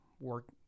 work